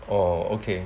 orh okay